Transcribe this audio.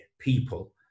People